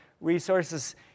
resources